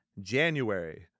January